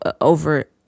over